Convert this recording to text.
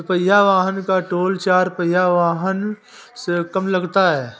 दुपहिया वाहन का टोल चार पहिया वाहन से कम लगता है